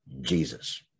Jesus